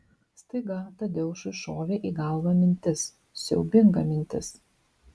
staiga tadeušui šovė į galvą mintis siaubinga mintis